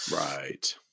Right